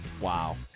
wow